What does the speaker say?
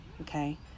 Okay